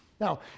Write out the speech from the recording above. Now